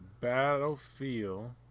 Battlefield